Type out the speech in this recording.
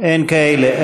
אין כאלה.